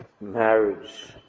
marriage